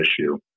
issue